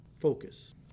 focus